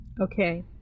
Okay